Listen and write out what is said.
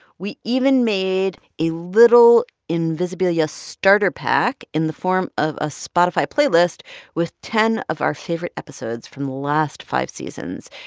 we even made a little invisibilia starter pack in the form of a spotify playlist with ten of our favorite episodes from the last five seasons.